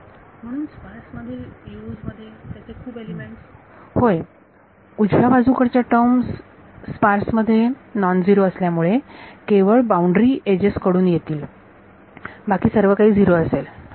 विद्यार्थी म्हणून स्पार्स मधील Us मध्ये त्याचे खूप एलिमेंट्स होय उजव्या बाजू कडच्या टर्म स्पार्स मध्ये नॉन झिरो असल्यामुळे केवळ बाउंड्री एजेस कडून येतील बाकी सर्व काही झिरो असेल